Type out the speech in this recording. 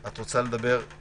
את רוצה לדבר על